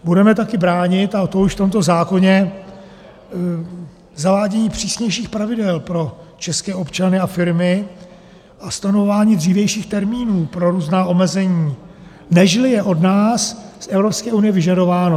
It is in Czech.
Budeme také bránit, a to už v tomto zákoně, zavádění přísnějších pravidel pro české občany a firmy a stanovování dřívějších termínů pro různá omezení, než je od nás z Evropské unie vyžadováno.